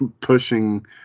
Pushing